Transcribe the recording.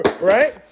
right